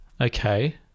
okay